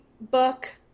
book